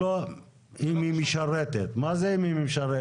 מה זה אם היא משרתת?